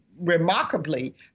remarkably